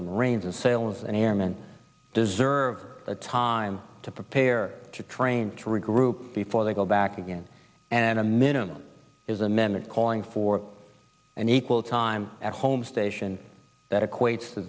and marines and sailors and airmen deserve a time to prepare to train to regroup before they go back again and a minimum is a minute calling for an equal time at home station that equates to